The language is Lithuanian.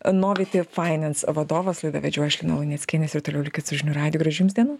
noviti finanse vadovas laidą vedžiau aš lina luneckienė ir toliau likit su žinių radiju jums gražių dienų